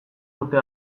urte